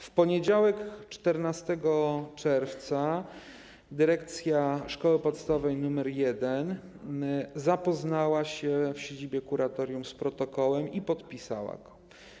W poniedziałek 14 czerwca dyrekcja szkoły podstawowej nr 1 zapoznała się w siedzibie kuratorium z protokołem i podpisała go.